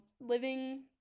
living